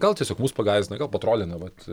gal tiesiog mus pagąsdina gal patrolina vat